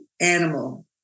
animal